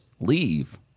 leave